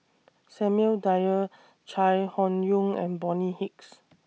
Samuel Dyer Chai Hon Yoong and Bonny Hicks